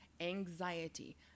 anxiety